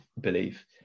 believe